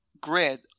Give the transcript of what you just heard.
grid